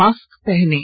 mask पहनें